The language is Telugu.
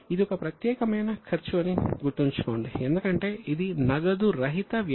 ఇది ఒక ప్రత్యేకమైన ఖర్చు అని గుర్తుంచుకోండి ఎందుకంటే ఇది నగదు రహిత వ్యయం